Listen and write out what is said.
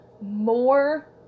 more